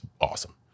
awesome